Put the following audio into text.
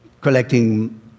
collecting